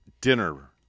dinner